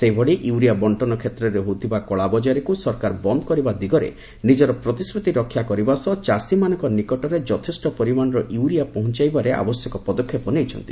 ସେହିଭଳି ୟୁରିଆ ବର୍ଷନ କ୍ଷେତ୍ରରେ ହୋଇଥିବା କଳାବଜାରୀକୁ ସରକାର ବନ୍ଦ୍ କରିବା ଦିଗରେ ନିଜର ପ୍ରତିଶ୍ରତି ରକ୍ଷା କରିବା ସହ ଚାଷୀମାନଙ୍କ ନିକଟରେ ଯଥେଷ୍ଟ ପରିମାଣର ୟୁରିଆ ପହଞ୍ଚାଇବାରେ ଆବଶ୍ୟକ ପଦକ୍ଷେପ ନେଇଛନ୍ତି